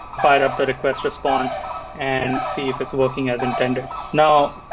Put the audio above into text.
fire up the request response and see if it's working as intended. now,